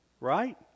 Right